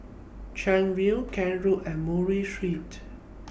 Chuan View Kent Road and Murray Street